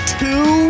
two